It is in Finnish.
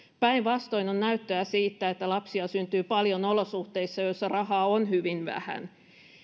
päinvastoin on näyttöä siitä että lapsia syntyy paljon olosuhteissa joissa rahaa on hyvin vähän